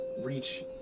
reach